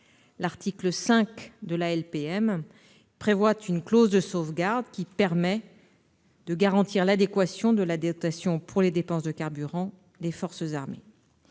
l'article 5 de la LPM prévoit une clause de sauvegarde qui permet de garantir l'adéquation de l'adaptation des dépenses de carburant des forces armées.